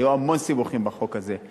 היו המון סיבוכים בחוק הזה.